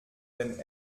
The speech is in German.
den